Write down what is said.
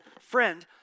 friend